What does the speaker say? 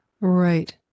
Right